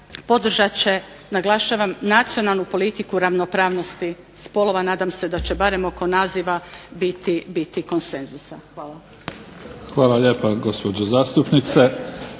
podržat će, naglašavam, nacionalnu politiku ravnopravnosti spolova. Nadam se da će barem oko naziva biti konsenzusa. Hvala. **Mimica, Neven (SDP)** Hvala lijepa gospođo zastupnice.